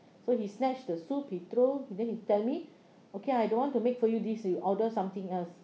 so he snatched the soup he throw and then he tell me okay I don't want to make for you this you order something else